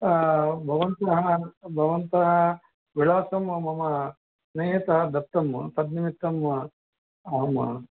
भवन्तः भवन्तः विलासं मम स्नेहितः दत्तं तन्निमित्तम् अहम्